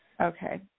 Okay